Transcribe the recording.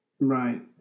Right